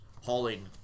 hauling